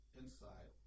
inside